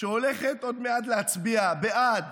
שהולכת עוד מעט להצביע בעד